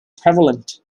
prevalent